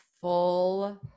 full